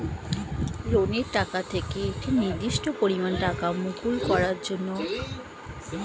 লোনের টাকা থেকে একটি নির্দিষ্ট পরিমাণ টাকা মুকুব করা কে কন্সেশনাল লোন বলা হয়